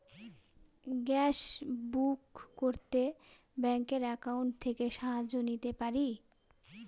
Gas book করতে ব্যাংকের account থেকে সাহায্য নিতে পারি?